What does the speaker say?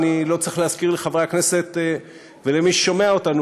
אני לא צריך להזכיר לחברי הכנסת ולמי ששומע אותנו,